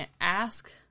ask